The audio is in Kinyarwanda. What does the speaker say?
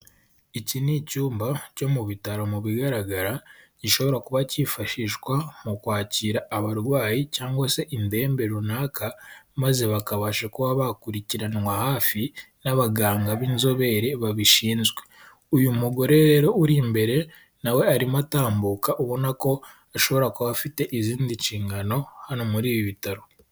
Iki ni icyumba cyo mu bitaro mu bigaragara, gishobora kuba cyifashishwa mu kwakira abarwayi cyangwa se indembe runaka, maze bakabasha kuba bakurikiranwa hafi n'abaganga b'inzobere babishinzwe. Uyu mugore rero uri imbere na we arimo atambuka, ubona ko ashobora kuba afite izindi nshingano hano muri ibi bitaro.